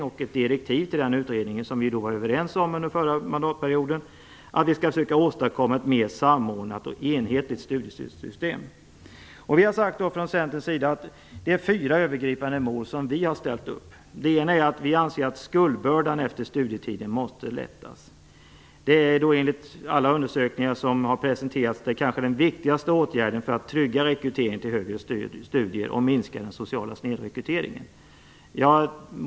Vi var överens om direktiven till den utredningen under den förra mandatperioden. Vi skall försöka åstadkomma ett mer samordnat och enhetligt studiestödssystem. Vi har ställt upp fyra övergripande mål. Ett är att vi anser att skuldbördan efter studietiden måste lättas. Enligt alla undersökningar som har presenterats är det den viktigaste åtgärden för att trygga rekryteringen till högre studier och minska den sociala snedrekryteringen.